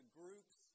groups